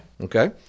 Okay